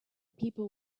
people